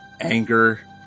anger